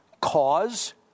cause